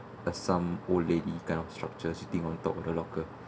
some old lady kind of structure sitting on top of the locker